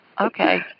Okay